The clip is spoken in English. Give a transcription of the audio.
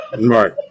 Right